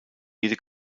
jede